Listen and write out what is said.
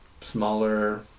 smaller